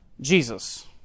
Jesus